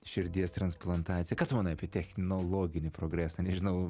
širdies transplantacija ką tu manai apie technologinį progresą nežinau